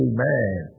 Amen